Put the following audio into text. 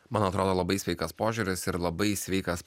man atrodo labai sveikas požiūris ir labai sveikas